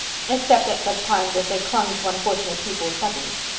except at such times as they clung to unfortunate people's buttons.